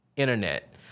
internet